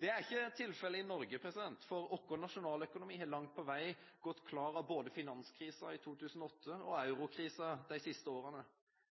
Det er ikke tilfellet i Norge, for vår nasjonaløkonomi har langt på vei gått klar av både finanskrisen i 2008 og eurokrisen de siste årene.